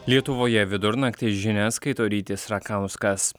lietuvoje vidurnaktį žinias skaito rytis rakauskas